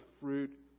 fruit